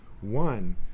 one